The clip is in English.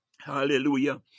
Hallelujah